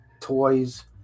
toys